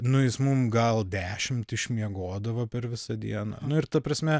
nu jis mum gal dešimt išmiegodavo per visą dieną nu ir ta prasme